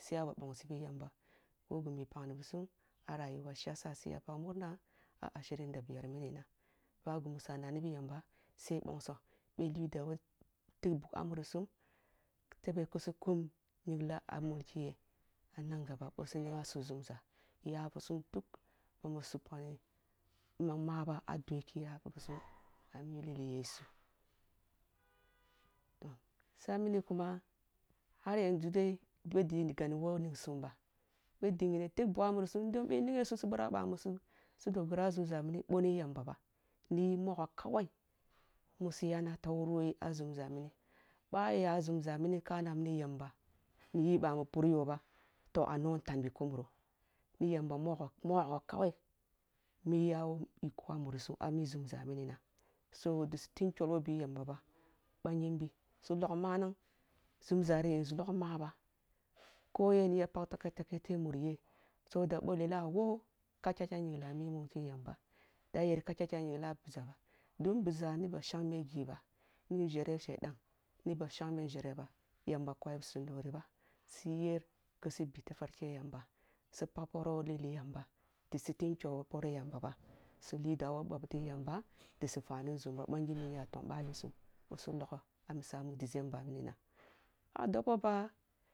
Siya ba bongsi bi yamba woh gimu i ya ba pagni bi sum shi ya sa siya pag murna ah ashirin da biyar minina ba ghimu sa nani bi yamba sai bongso mi li dua wu tig bugh ah muri sum tebe kisi kun nyingla mulki ge ah nan gaba boh si ningha sum mulki ye ah nan gaba boh si ningha sum nzumza iyati sum duk na mu su pagni ma maba ah dume i yafi bi sum ah i lili yesu toh sa mini kuma har yanzu tas boh di gan, woh ni sum ba boh dingini tig bugh ah muri sum don bih ninghe su birah woh bami su-su dogra ah nzumza mini boh ni yamba ba ni yi mogho kawai mu siyana ta wuru who yi ah munza mini ъa aya nzumza mini kana mini yamba pur yoh ba toh ah no ntan ni ku muro ni yamba mogho mogho kawai mi iya woh iko ah muri sum ah mi nzumza mini na so ъi si ting nkyol woh bi yamba ba ba yimbi si log manang nzumza ri log ma ba ko yen ya pak takai takai the muri yeh so that boh lela ah wooh ka kya kya nyinala i mulke yamba da yer ka kya-kya nyingla biza ba don biza ni ba shangme ghi ba ni njere shedan ni ba shangme njere ba yamba koyi bi sum nuweri ba siyer kisi bi tafarke yamba si pag porou who lili yamba di si ting kyol woh poreh yamba ba sili dua woh bom tighi yamba di si fani nzumba ba nyimbi nya tong bal, sum boh si logho ah misa mu december mini na ъa dobo fah